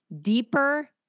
deeper